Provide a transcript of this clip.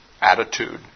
attitude